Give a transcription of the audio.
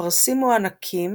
הפרסים מוענקים